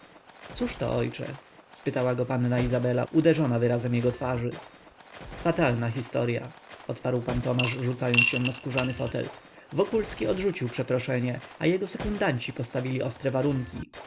zakłopotany cóżto ojcze spytała go panna izabela uderzona wyrazem jego twarzy fatalna historya odparł pan tomasz rzucając się na skórzany fotel wokulski odrzucił przeproszenie a jego sekundanci postawili ostre warunki